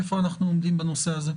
איפה אנחנו עומדים בנושא הזה?